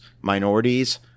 minorities